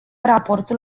raportul